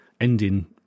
ending